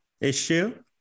issue